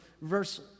Verse